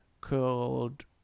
called